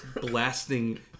blasting